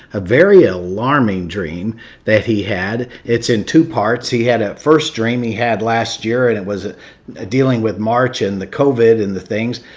a very alarming dream that he had. it's in two parts. he had a first dream he had last year and it was ah dealing with march and the covid and the things,